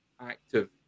active